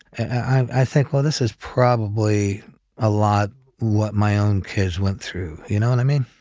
i think well this is probably a lot what my own kids went through. you know and i mean?